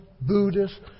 Buddhist